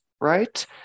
right